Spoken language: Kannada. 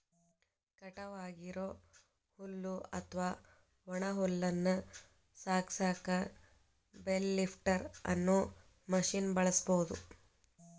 ಕಟಾವ್ ಆಗಿರೋ ಹುಲ್ಲು ಅತ್ವಾ ಒಣ ಹುಲ್ಲನ್ನ ಸಾಗಸಾಕ ಬೇಲ್ ಲಿಫ್ಟರ್ ಅನ್ನೋ ಮಷೇನ್ ಬಳಸ್ಬಹುದು